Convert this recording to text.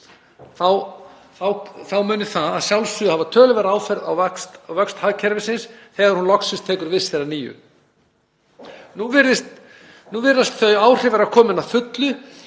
þá mun það að sjálfsögðu hafa töluverð áhrif á vöxt hagkerfisins þegar hún loks tekur við sér að nýju. Nú virðast þau áhrif vera komin fram að fullu